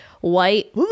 white